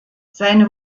seine